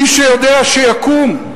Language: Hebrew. מי שיודע שיקום,